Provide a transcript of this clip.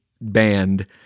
band